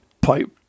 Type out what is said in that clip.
pipe